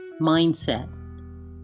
mindset